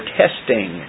testing